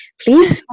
please